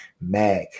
Mac